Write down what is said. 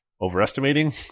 overestimating